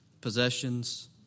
possessions